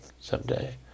someday